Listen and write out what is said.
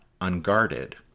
unguarded